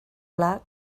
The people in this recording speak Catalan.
pla